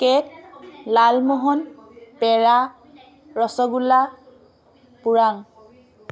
cake lalmohan peda rasgulla পোৰাং